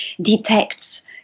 detects